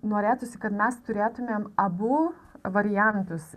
norėtųsi kad mes turėtumėm abu variantus